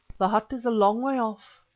the hut is a long way off,